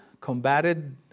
combated